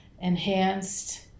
enhanced